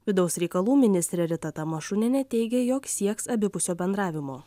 vidaus reikalų ministrė rita tamašunienė teigė jog sieks abipusio bendravimo